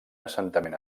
assentament